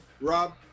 Rob